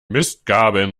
mistgabeln